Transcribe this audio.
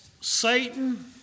Satan